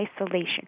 isolation